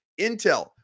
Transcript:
Intel